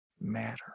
matter